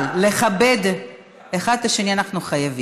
אבל לכבד אחד את השני אנחנו חייבים.